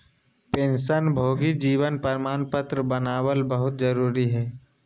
पेंशनभोगी जीवन प्रमाण पत्र बनाबल बहुत जरुरी हइ